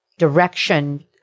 direction